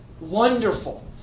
Wonderful